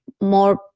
more